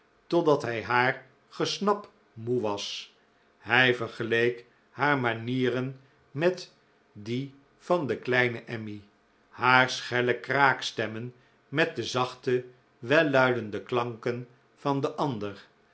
totdat hij haar gesnap moe was hij vergeleek haar manieren met die van kleine emmy haar schelle kraakstemmen met de zachte welluidende klanken van de ander